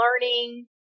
learning